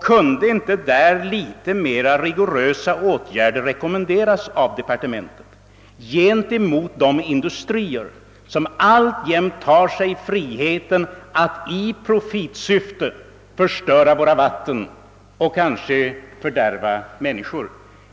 Kunde inte därvidlag något mera rigorösa åtgärder rekommenderas av departementet mot de industrier som alltjämt tar sig friheten att i profitsyfte förstöra våra vatten och därmed kanske fördärva människor?